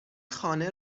خانه